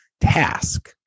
task